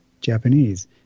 japanese